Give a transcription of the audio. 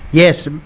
yes,